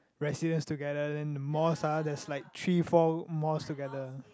residents together then the malls ah there's like three four malls together